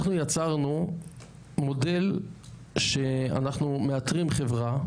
אנחנו יצרנו מודל שאנחנו מאתרים חברה,